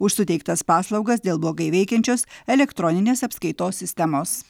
už suteiktas paslaugas dėl blogai veikiančios elektroninės apskaitos sistemos